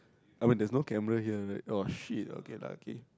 I mean there's no camera here right oh shit okay lah okay